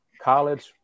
college